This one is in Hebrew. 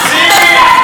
במושב הזה,